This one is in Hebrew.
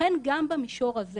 לכן, גם במישור הזה